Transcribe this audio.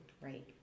right